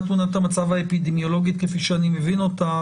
תמונת המצב האפידמיולוגית כפי שאני מבין אותה,